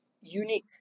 unique